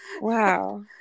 wow